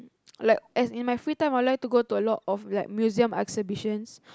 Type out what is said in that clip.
like as in in my free I like to go to a lot of museum exhibitions